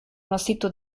nozitu